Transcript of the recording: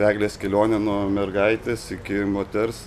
eglės kelionė nuo mergaitės iki moters